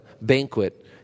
banquet